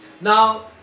Now